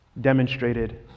demonstrated